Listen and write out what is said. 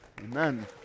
Amen